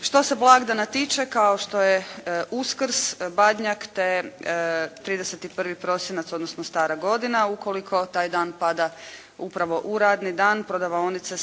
Što se blagdana tiče kao što je Uskrs, badnjak, te 31. prosinac odnosno stara godina, ukoliko taj dan pada upravo u radni dan, prodavaonice